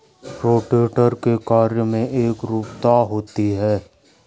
rotator के कार्य में एकरूपता होती है